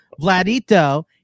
Vladito